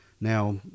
Now